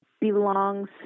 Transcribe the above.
belongs